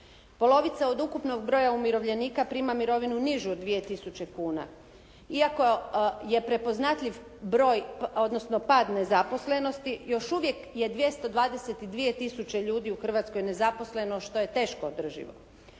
Polovica od ukupnog broja umirovljenika prima mirovinu nižu od 2.000,00 kuna, iako je prepoznatljiv broj, odnosno pad nezaposlenosti još uvijek je 222 tisuće ljudi u Hrvatskoj nezaposleno što je teško održivo.